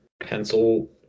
Pencil